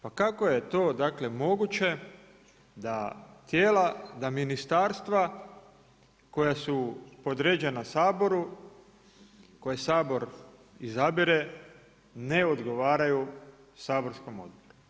Pa kako je to dakle moguće da tijela, da ministarstva koja su podređena Saboru, koje Sabor izabire ne odgovaraju saborskom odboru?